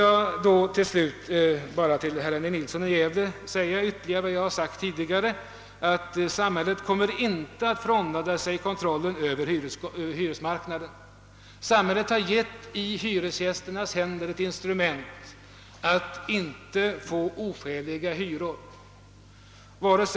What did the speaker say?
Jag vill härefter till herr Nilsson i Gävle än en gång säga vad jag redan tidigare sagt: samhället kommer inte att frånhända sig kontrollen över hyresmarknaden. Samhället har givit hyresgästerna ett instrument att bekämpa oskäliga hyror med.